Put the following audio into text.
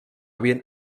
bien